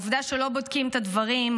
העובדה שלא בודקים את הדברים,